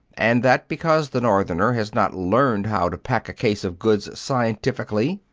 and that, because the northerner has not learned how to pack a case of goods scientifically,